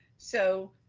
so,